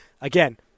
Again